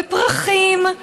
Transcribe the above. בפרחים,